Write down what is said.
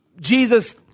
Jesus